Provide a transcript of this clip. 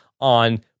on